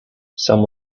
some